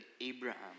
Abraham